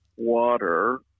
water